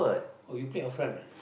oh you play off run ah